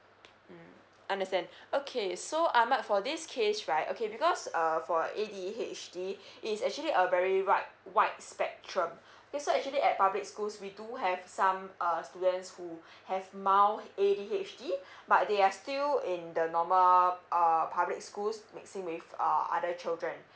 mm understand okay so ahmad for this case right okay because um for A_D_H_D is actually a very right white spectrum so actually at public schools we do have some um students who have mild A_D_H_D but they are still in the normal uh public schools mixing with uh other children